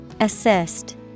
Assist